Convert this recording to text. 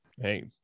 Hey